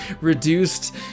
reduced